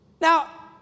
Now